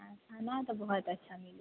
यहाँ खाना तऽ बहुत अच्छा मिलै छै